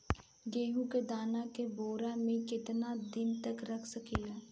गेहूं के दाना के बोरा में केतना दिन तक रख सकिले?